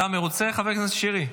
אתה מרוצה, חבר הכנסת שירי?